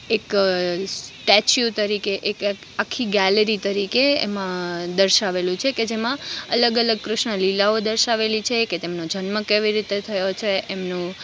એક સ્ટેચ્યુ તરીકે એક આખી ગેલેરી તરીકે એમાં દર્શાવેલું છે કે જેમાં અલગ અલગ કૃષ્ણલીલાઓ દર્શાવેલી છે કે તેમનો જન્મ કેવી રીતે થયો છે એમનો